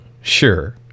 sure